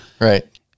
Right